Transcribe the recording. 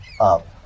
up